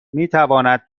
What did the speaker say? میتواند